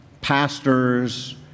pastors